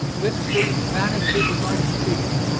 this scene vanishes as i speak,